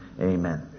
amen